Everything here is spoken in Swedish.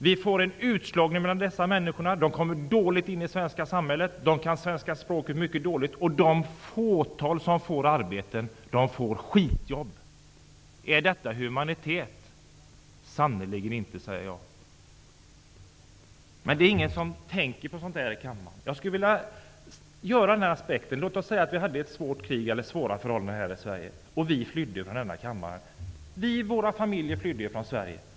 Vi får en utslagning bland dessa människor. De kommer dåligt in i det svenska samhället. De kan svenska språket mycket dåligt. Det fåtal som får arbete får skitjobb. Är detta humanitet? Det är det sannerligen inte, säger jag. Men det är ingen som tänker på sådant i kammaren. Jag skulle vilja ta fram den här aspekten: Låt oss säga att vi hade ett svårt krig eller svåra förhållanden här i Sverige, att vi flydde från denna kammare och vi och våra familjer flydde från Sverige.